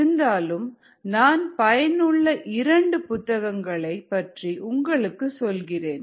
இருந்தாலும் நான் பயனுள்ள இரண்டு புத்தகங்களை பற்றி உங்களுக்கு சொல்கிறேன்